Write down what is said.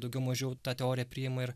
daugiau mažiau tą teoriją priima ir